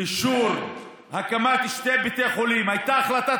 אישור הקמת שני בתי חולים: הייתה החלטת